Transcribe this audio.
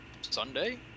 sunday